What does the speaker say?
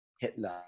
Hitler